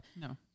No